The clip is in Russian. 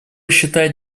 считает